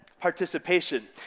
participation